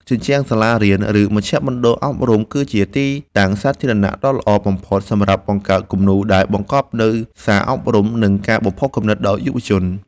ជញ្ជាំងសាលារៀន ឬមជ្ឈមណ្ឌលអប់រំកុមារ គឺជាទីតាំងសាធារណៈដ៏ល្អបំផុតសម្រាប់បង្កើតគំនូរដែលបង្កប់នូវសារអប់រំ និងការបំផុសគំនិតដល់យុវជន។